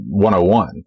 101